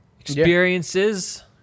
experiences